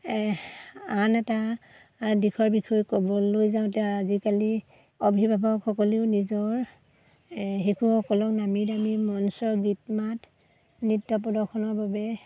আন এটা দিশৰ বিষয়ে ক'বলৈ যাওঁতে আজিকালি অভিভাৱকসকলেও নিজৰ শিশুসকলক নামি দামী মঞ্চ গীত মাত নৃত্য প্ৰদৰ্শনৰ বাবে